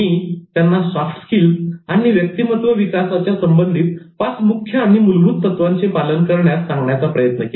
मी त्यांना soft skills आणि व्यक्तिमत्व विकासाच्या संबंधित पाच मुख्य आणि मूलभूत तत्त्वांचे पालन करण्यास सांगण्याचा प्रयत्न केला